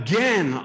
Again